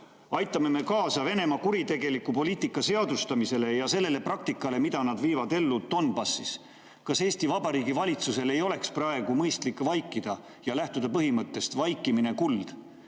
aitame me kaasa Venemaa kuritegeliku poliitika seadustamisele ja sellele praktikale, mida nad viivad ellu Donbassis? Kas Eesti Vabariigi valitsusel ei oleks praegu mõistlik vaikida ja lähtuda põhimõttest, et vaikimine on kuld?